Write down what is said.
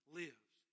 lives